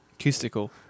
Acoustical